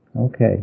Okay